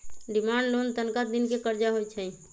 demand loan तनका दिन के करजा होइ छइ